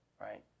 right